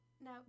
Now